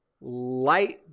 light